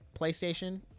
PlayStation